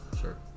sure